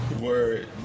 word